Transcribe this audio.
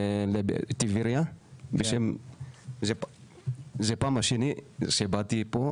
זה פעם השני שבאתי פה.